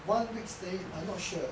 one big stay I'm not sure